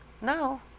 No